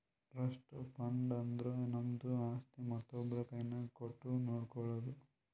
trust fund ಅಂದುರ್ ನಮ್ದು ಆಸ್ತಿ ಮತ್ತೊಬ್ರು ಕೈನಾಗ್ ಕೊಟ್ಟು ನೋಡ್ಕೊಳೋದು